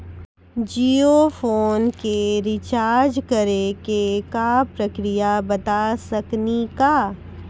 Jio phone के recharge करे के का प्रक्रिया बता साकिनी का?